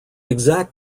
exact